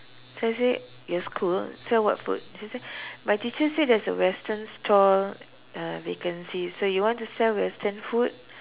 so I say yes could sell what food she said my teacher say there's a Western stall uh vacancy so you want to sell Western food